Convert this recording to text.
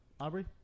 Aubrey